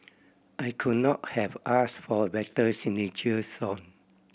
I could not have asked for a better signature song